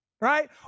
Right